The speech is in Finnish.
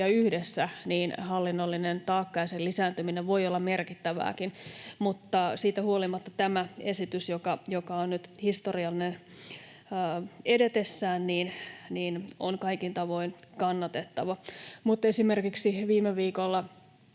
yhdessä, niin hallinnollinen taakka ja sen lisääntyminen voi olla merkittävääkin. Siitä huolimatta tämä esitys, joka on nyt historiallinen edetessään, on kaikin tavoin kannatettava, mutta esimerkiksi viime viikolla